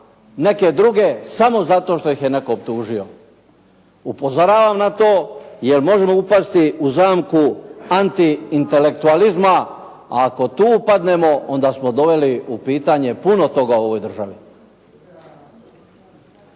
neke druge samo zato što ih je netko optužio. Upozoravam na to jer možemo upasti u zamku antiintelektualizma a ako tu upadnemo onda smo doveli u pitanje puno toga u ovoj državi.